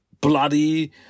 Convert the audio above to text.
bloody